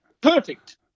Perfect